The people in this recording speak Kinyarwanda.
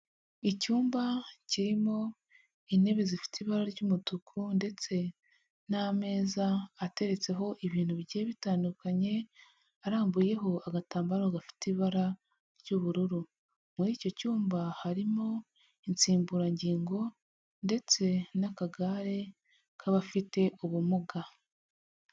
Icyumba kirimo intebe zifite ibara ry'umutuku ndetse n'ameza ateretseho ibintu bigiye bitandukanye arambuyeho agatambaro gafite ibara ry'ubururu, muri icyo cyumba harimo insimburangingo ndetse n'akagare k'abafite ubumuga.